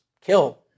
kill